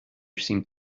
seemed